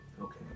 okay